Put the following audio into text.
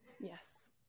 Yes